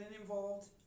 involved